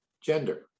gender